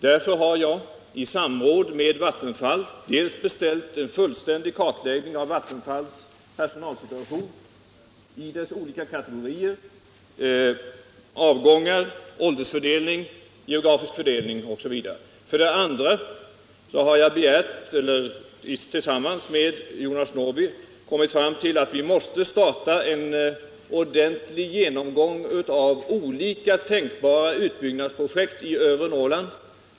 Därför har jag i samråd med Vattenfall beställt en fullständig kartläggning av Vattenfalls personalsituation beträffande avgångar, åldersfördelning, geografisk fördelning osv. inom de olika kategorierna. Vidare har jag tillsammans med Jonas Norrby kommit fram till att vi måste starta en ordentlig genomgång av olika tänkbara utbyggnadsprojekt i övre Norrland.